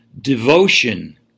Devotion